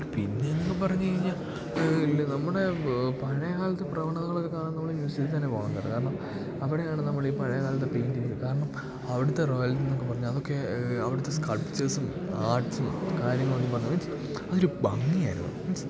പിന്നേന്നൊക്കെ പറഞ്ഞ് കഴിഞ്ഞാൽ ഇല്ല് നമ്മുടെ പഴയ കാലത്തെ പ്രവണതകളൊക്കെ കാണാന് നമ്മള് മ്യുസിയത്തിൽ തന്നെ പോകണം കേട്ടോ കാരണം അവിടെയാണ് നമ്മൾ ഈ പഴയ കാലത്തെ പെയിൻറ്റിങ് കാരണം അവിടുത്തെ റോയല്ന്നൊക്കെ പറഞ്ഞാൽ അതൊക്കെ അവിടുത്തെ സ്കൾപ്ച്ചേർസും ആർട്സും കാര്യങ്ങളൊക്കെ പറഞ്ഞ മീൻസ് അതൊരു ഭംഗിയായിരുന്നു മീൻസ്